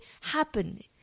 happen